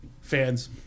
fans